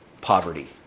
poverty